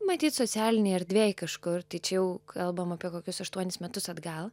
matyt socialinėj erdvėj kažkur tai čia jau kalbam apie kokius aštuonis metus atgal